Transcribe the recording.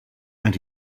and